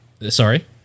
Sorry